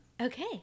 Okay